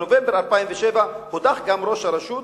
בנובמבר 2007 הודח ראש הרשות,